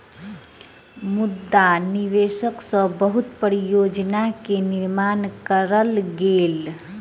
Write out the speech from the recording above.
मुद्रा निवेश सॅ बहुत परियोजना के निर्माण कयल गेल